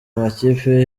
amakipe